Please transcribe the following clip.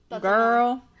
Girl